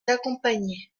accompagnait